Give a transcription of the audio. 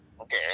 Okay